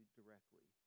directly